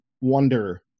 wonder